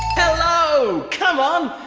helo. come on.